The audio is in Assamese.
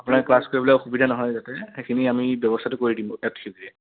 আপোনাৰ ক্লাছ কৰিবলৈ অসুবিধা নহয় যাতে সেইখিনি আমি ব্যৱস্থাটো কৰি দিম